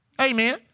Amen